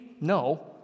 No